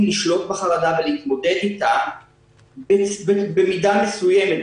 לשלוט בחרדה ולהתמודד איתה במידה מסוימת,